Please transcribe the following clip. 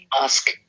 ask